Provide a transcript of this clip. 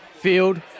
Field